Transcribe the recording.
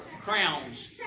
crowns